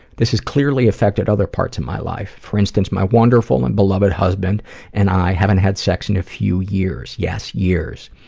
this has clearly affected other parts of my life. for instance, my wonderful and beloved husband and i haven't had sex in a few years. yes, years.